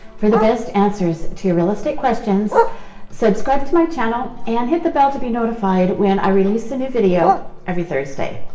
for the best answers to your real estate questions subscribe to my channel and hit the bell to be notified when i release a new video every thursday.